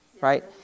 right